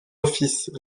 offices